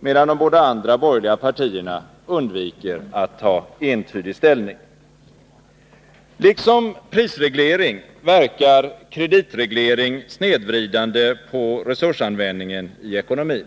medan de båda andra borgerliga partierna undviker att ta entydig ställning. Liksom prisreglering verkar kreditreglering snedvridande på resursanvändningen i ekonomin.